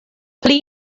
pli